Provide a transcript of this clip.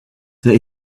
that